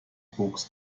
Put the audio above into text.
books